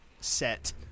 set